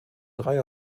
drei